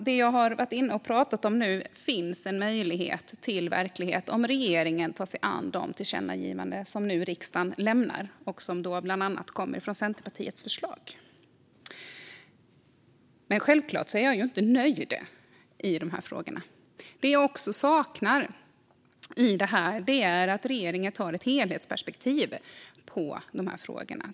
Det jag har pratat om nu finns det en möjlighet att göra verklighet av om regeringen tar sig an de tillkännagivanden som riksdagen nu lämnar och som bland annat kommer från Centerpartiets förslag. Men självklart är jag inte nöjd i de här frågorna. Det jag också saknar är ett helhetsperspektiv från regeringen när det gäller de här frågorna.